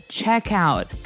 checkout